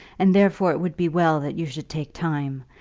and therefore it would be well that you should take time.